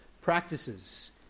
practices